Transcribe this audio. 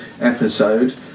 episode